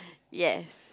yes